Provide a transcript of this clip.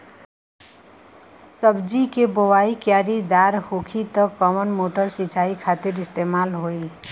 सब्जी के बोवाई क्यारी दार होखि त कवन मोटर सिंचाई खातिर इस्तेमाल होई?